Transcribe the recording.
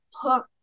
put